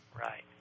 Right